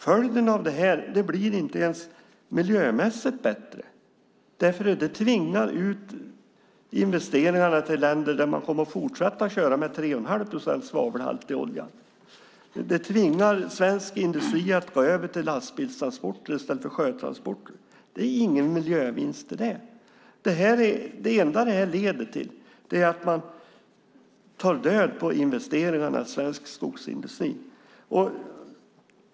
Följden av det blir inte ens miljömässiga förbättringar, för investeringarna tvingas ut till länder där man kommer att fortsätta använda olja med 3 1⁄2 procents svavelhalt. Det tvingar svensk industri att gå över till lastbilstransporter i stället för sjötransporter. Det är inga miljövinster. Det enda detta leder till är att man tar död på investeringarna i svensk skogsindustri.